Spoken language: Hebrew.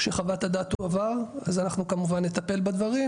כשחוות הדעת תועבר אז אנחנו כמובן נטפל בדברים